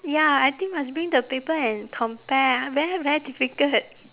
ya I think must bring the paper and compare ah very very difficult